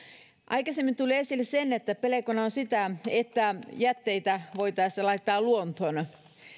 aikaisemmin kun tuli esille se että pelkona on se että jätteitä voitaisiin laittaa luontoon